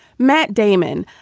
matt damon,